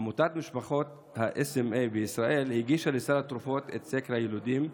עמותת משפחות ה-SMA בישראל הגישה לסל התרופות את סקר היילודים.